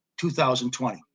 2020